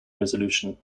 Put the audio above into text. resolution